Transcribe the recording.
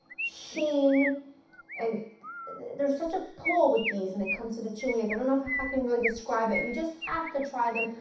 sheen and there's such a pull with these when it comes to the chewy-ness, i don't know if i ah can really describe it, you just have to try them,